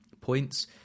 points